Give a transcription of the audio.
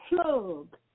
plug